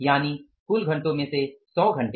यानि कुल घंटों में से 100 घंटे